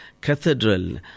cathedral